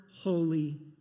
holy